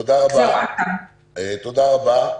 תודה רבה.